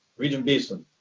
regent beeson.